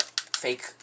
fake